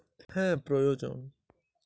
ধান চাষে প্রতি বিঘাতে কি পরিমান সেচের প্রয়োজন?